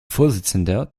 vorsitzender